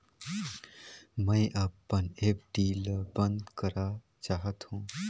मैं अपन एफ.डी ल बंद करा चाहत हों